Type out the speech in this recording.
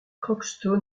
crockston